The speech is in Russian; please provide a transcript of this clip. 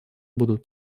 будут